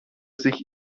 sich